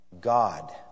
God